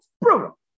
brutal